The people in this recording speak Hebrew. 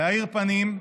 להאיר פנים,